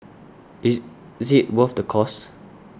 is is it worth the cost